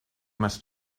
must